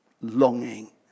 longing